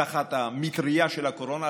תחת המטרייה של הקורונה,